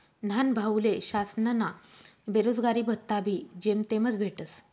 न्हानभाऊले शासनना बेरोजगारी भत्ताबी जेमतेमच भेटस